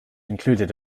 included